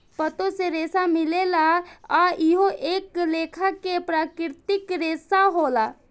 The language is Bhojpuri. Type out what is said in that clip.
पातो से रेसा मिलेला आ इहो एक लेखा के प्राकृतिक रेसा होला